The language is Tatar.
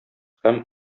һәм